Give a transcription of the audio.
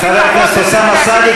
חבר הכנסת אוסאמה סעדי,